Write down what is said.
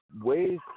ways